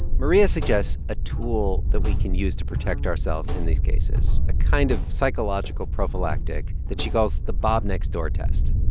maria suggests a tool that we can use to protect ourselves in these cases, cases, a kind of psychological prophylactic that she calls the bob next-door test.